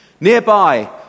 Nearby